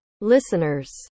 listeners